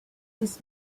this